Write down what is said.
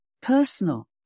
personal